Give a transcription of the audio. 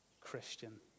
Christian